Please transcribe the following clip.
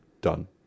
done